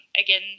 Again